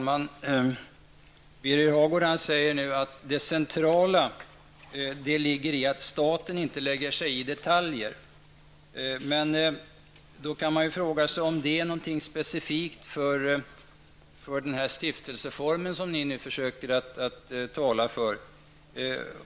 Herr talman! Birger Hagård anser att det centrala är att staten inte skall lägga sig i detaljer. Då kan man fråga sig om det är någonting specifikt för den stiftelseform som ni förespråkar.